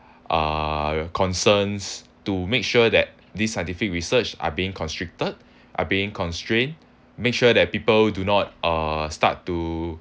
uh concerns to make sure that this scientific research are being constricted are being constrained make sure that people do not uh start to